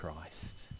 Christ